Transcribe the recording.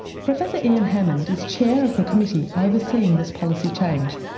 professor ian hammond is chair of the committee overseeing this policy change.